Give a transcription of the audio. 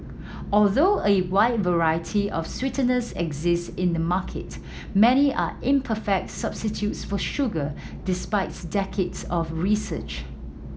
although a wide variety of sweeteners exist in the market many are imperfect substitutes for sugar despite decades of research